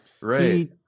Right